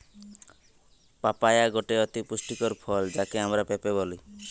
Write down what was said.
papaya গটে অতি পুষ্টিকর ফল যাকে আমরা পেঁপে বলি